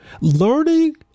Learning